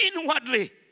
inwardly